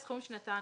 אלה הסכומים שנתנו.